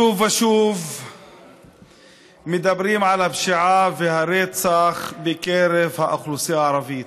שוב ושוב מדברים על הפשיעה והרצח בקרב האוכלוסייה הערבית.